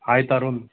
hi Tarun